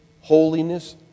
holiness